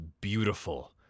beautiful